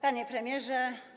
Panie Premierze!